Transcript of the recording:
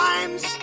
Times